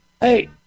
Hey